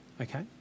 Okay